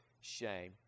shame